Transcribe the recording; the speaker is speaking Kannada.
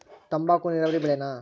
ತಂಬಾಕು ನೇರಾವರಿ ಬೆಳೆನಾ?